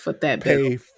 pay